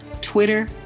Twitter